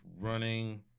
running